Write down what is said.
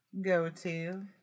go-to